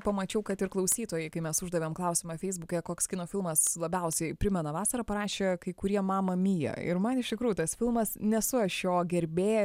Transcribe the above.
pamačiau kad ir klausytojai kai mes uždavėm klausimą feisbuke koks kino filmas labiausiai primena vasarą parašė kai kurie mama mija ir man iš tikrųjų tas filmas nesu aš jo gerbėja